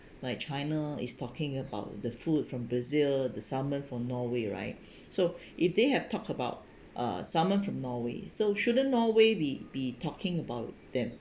like china is talking about the food from brazil the salmon from norway right so if they have talked about uh salmon from norway so shouldn't norway be be talking about them